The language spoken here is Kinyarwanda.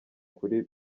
kuri